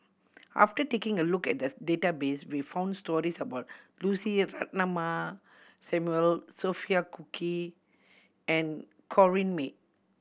after taking a look at the database we found stories about Lucy Ratnammah Samuel Sophia Cooke and Corrinne May